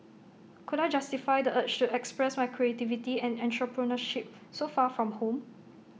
could I justify the urge to express my creativity and entrepreneurship so far from home